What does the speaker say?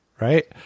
right